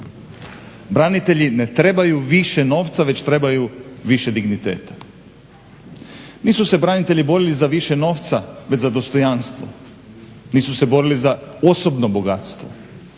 Branitelji ne trebaju više novca već trebaju više digniteta. Nisu se branitelji borili za više novca već za dostojanstvo. Nisu se borili za osobno bogatstvo,